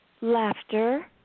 laughter